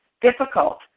difficult